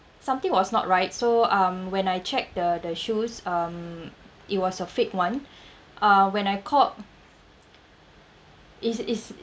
something was not right so um when I check the the shoes um it was a fake [one] uh when I called it's it's